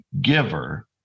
giver